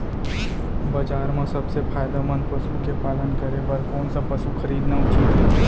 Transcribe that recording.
बजार म सबसे फायदामंद पसु के पालन करे बर कोन स पसु खरीदना उचित हे?